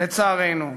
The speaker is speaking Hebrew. לצערנו,